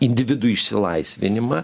individų išsilaisvinimą